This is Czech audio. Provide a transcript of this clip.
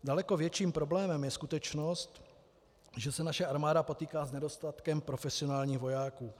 Daleko větším problémem je skutečnost, že se naše armáda potýká s nedostatkem profesionálních vojáků.